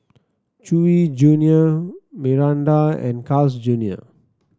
Chewy Junior Mirinda and Carl's Junior